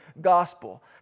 gospel